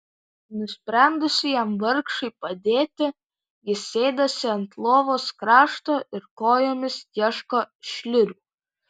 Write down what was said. nusprendusi jam vargšui padėti ji sėdasi ant lovos krašto ir kojomis ieško šliurių